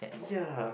ya